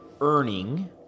earning